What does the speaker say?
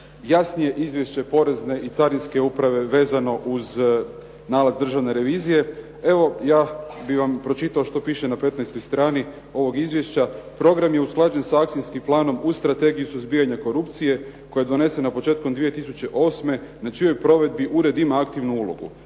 jasnije izvješće Porezne i Carinske uprave vezano uz nalaz Državne revizije. Evo, ja bih vam pročitao što piše na 15 strani ovog izvješća. Program je usklađen sa Akcijskim planom u Strategiji suzbijanja od korupcije koja je donesena početkom 2008. na čijom provedbi ured ima aktivnu ulogu.